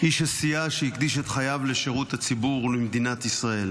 איש עשייה שהקדיש את חייו לשירות הציבור ולמדינת ישראל.